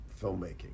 filmmaking